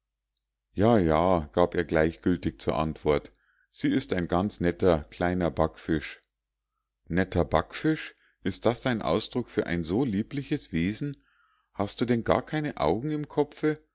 ja ja gab er gleichgültig zur antwort sie ist ein ganz netter kleiner backfisch netter backfisch ist das ein ausdruck für ein so liebliches wesen hast du denn gar keine augen im kopfe